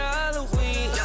Halloween